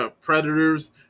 Predators